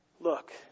look